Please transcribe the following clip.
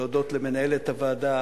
להודות למנהלת הוועדה,